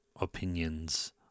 opinions